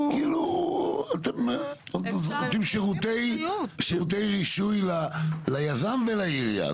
אתם כאילו נותנים שירותי רישוי ליזם ולעירייה.